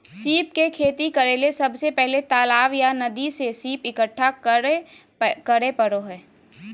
सीप के खेती करेले सबसे पहले तालाब या नदी से सीप इकठ्ठा करै परो हइ